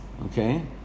okay